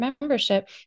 membership